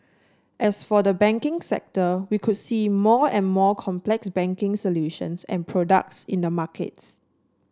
as for the banking sector we could see more and more complex banking solutions and products in the markets